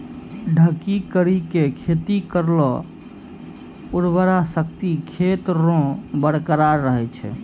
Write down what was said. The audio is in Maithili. ढकी करी के खेती करला उर्वरा शक्ति खेत रो बरकरार रहे छै